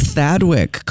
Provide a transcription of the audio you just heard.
Thadwick